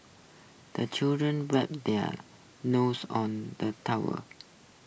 the children wipe their noses on the towel